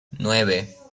nueve